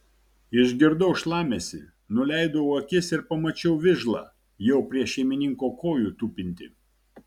išgirdau šlamesį nuleidau akis ir pamačiau vižlą jau prie šeimininko kojų tupintį